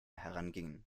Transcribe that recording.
herangingen